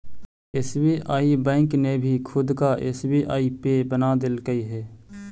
SBI bank ने भी खुद का एस.बी.आई पे बना देलकइ हे